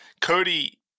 Cody